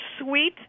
sweet